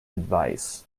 advice